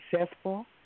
successful